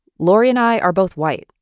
lori and i are both white.